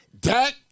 Dak